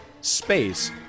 space